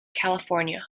california